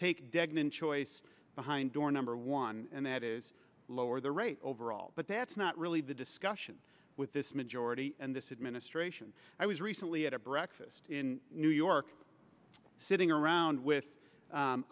take degnan choice behind door number one and that is lower the rate overall but that's not really the discussion with this majority and this administration i was recently at a breakfast in new york sitting around with